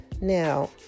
Now